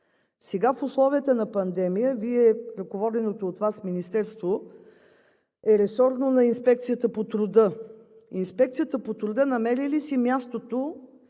Сега в условията на пандемия ръководеното от Вас министерство е ресорно на Инспекцията по труда. Инспекцията по труда намери ли си мястото